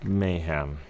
mayhem